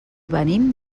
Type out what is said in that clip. venim